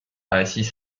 assis